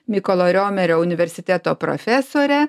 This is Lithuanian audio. mykolo riomerio universiteto profesorę